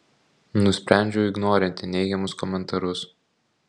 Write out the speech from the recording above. nusprendžiau ignorinti neigiamus komentarus